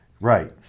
Right